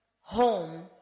home